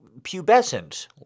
pubescent